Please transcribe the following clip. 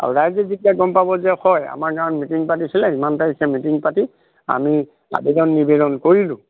আৰু ৰাইজে যেতিয়া গম পাব যে হয় আমাৰ গাঁৱত মিটিং পাতিছিলে ইমান তাৰিখে মিটিং পাতি আমি আবেদন নিবেদন কৰিলোঁ